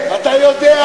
אתה יודע.